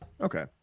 okay